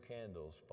candles